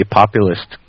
populist